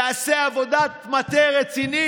תעשה עבודת מטה רצינית,